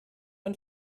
ein